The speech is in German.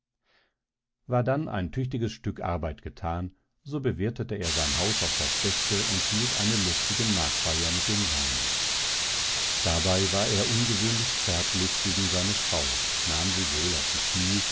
war dann ein tüchtiges stück arbeit getan so bewirtete er sein haus auf das beste und hielt eine lustige nachfeier mit den seinen dabei war er ungewöhnlich zärtlich gegen seine frau nahm sie wohl auf die kniee